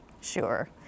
Sure